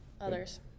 others